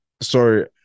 Sorry